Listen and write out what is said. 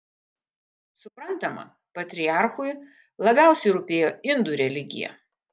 suprantama patriarchui labiausiai rūpėjo indų religija